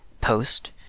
post